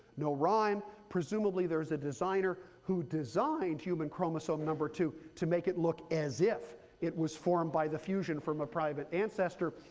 no rhyme. presumably there's a designer who designed human chromosome number two to make it look as if it was formed by the fusion from a private ancestor.